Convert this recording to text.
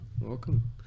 welcome